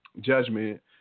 judgment